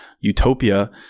utopia